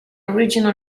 original